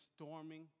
storming